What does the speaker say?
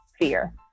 fear